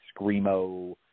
screamo